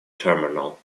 terminal